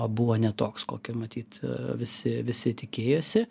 buvo ne toks kokio matyt visi visi tikėjosi